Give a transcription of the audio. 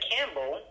Campbell